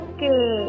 Okay